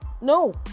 no